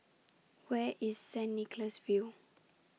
Where IS Saint Nicholas View